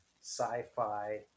sci-fi